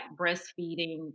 breastfeeding